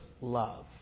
love